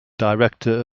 director